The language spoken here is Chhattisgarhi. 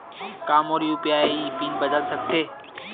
का मोर यू.पी.आई पिन बदल सकथे?